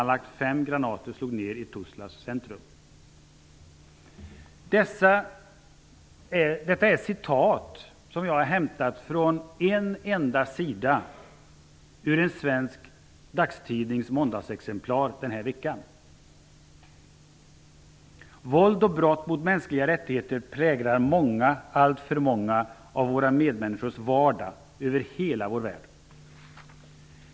Detta är citat, hämtade från en enda sida ur en svensk dagstidnings måndagsexemplar den här veckan. Våld och brott mot mänskliga rättigheter präglar många -- alltför många -- av våra medmänniskors vardag över hela vår värld.